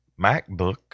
MacBook